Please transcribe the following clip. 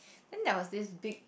then there was this big